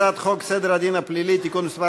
הצעת חוק סדר הדין הפלילי (תיקון מס'